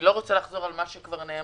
לא רוצה לחזור על מה שנאמר.